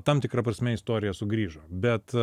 tam tikra prasme istorija sugrįžo bet